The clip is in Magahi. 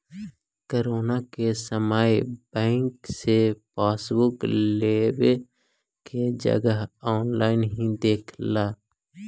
कोरोना के समय बैंक से पासबुक लेवे के जगह ऑनलाइन ही देख ला